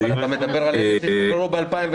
אבל אתה מדבר רק על אלה שהשתחררו ב-2020,